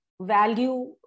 value